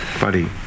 Buddy